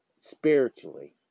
spiritually